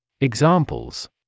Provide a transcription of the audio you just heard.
Examples